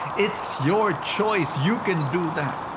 it's your choice. you can do that.